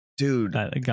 Dude